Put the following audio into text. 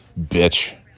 bitch